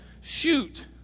shoot